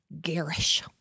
Garish